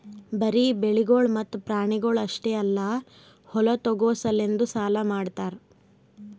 ಬರೀ ಬೆಳಿಗೊಳ್ ಮತ್ತ ಪ್ರಾಣಿಗೊಳ್ ಅಷ್ಟೆ ಅಲ್ಲಾ ಹೊಲ ತೋಗೋ ಸಲೆಂದನು ಸಾಲ ಮಾಡ್ತಾರ್